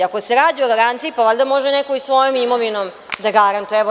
Ako se radi o garanciji, pa valjda može neko i svojom imovinom da garantuje.